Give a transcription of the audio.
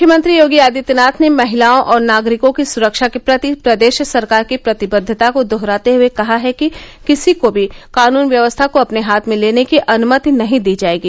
मुख्यमंत्री योगी आदित्यनाथ ने महिलाओं और नागरिकों की सुरक्षा के प्रति प्रदेश सरकार की प्रतिबद्धता को दोहराते हुए कहा है कि किसी को भी कानून व्यवस्था को अपने हाथ में लेने की अनुमति नहीं दी जाएगी